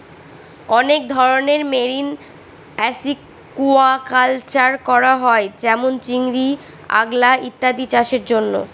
অনেক ধরনের marine aquaculture করা হয় যেমন চিংড়ি, আলগা ইত্যাদি চাষের জন্য